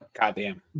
Goddamn